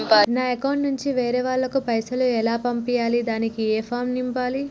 నా అకౌంట్ నుంచి వేరే వాళ్ళకు పైసలు ఎలా పంపియ్యాలి దానికి ఏ ఫామ్ నింపాలి?